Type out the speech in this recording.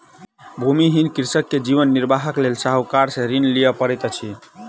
भूमिहीन कृषक के जीवन निर्वाहक लेल साहूकार से ऋण लिअ पड़ैत अछि